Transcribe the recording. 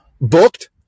booked